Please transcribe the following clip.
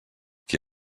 qui